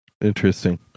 interesting